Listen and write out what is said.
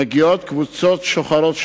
מגיעות שוחרות שלום,